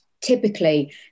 typically